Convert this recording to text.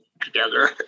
together